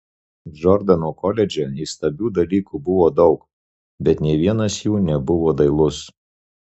džordano koledže įstabių dalykų buvo daug bet nė vienas jų nebuvo dailus